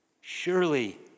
Surely